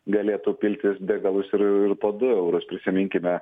galėtų piltis degalus ir ir po du eurus prisiminkime